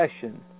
session